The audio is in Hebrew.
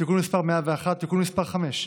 (תיקון מס' 101) (תיקון מס' 5),